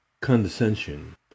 condescension